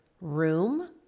room